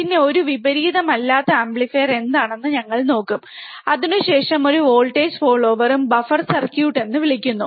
പിന്നെ ഒരു വിപരീതമല്ലാത്ത ആംപ്ലിഫയർ എന്താണെന്ന് ഞങ്ങൾ നോക്കും അതിനുശേഷം ഒരു വോൾട്ടേജ് ഫോളോവറും ബഫർ സർക്യൂട്ട് എന്ന് വിളിക്കുന്നു